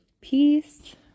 peace